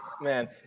Man